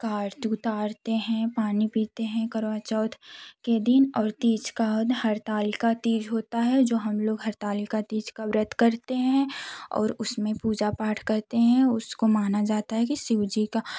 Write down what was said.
का आरती उतारते हैं पानी पीते हैं करवा चौथ के दिन और तीज का और हरताल का तीज होता है जो हम लोग हरताल का तीज का व्रत करते हैं और उसमें पूजा पाठ करते हैं उसको माना जाता है कि शिव जी का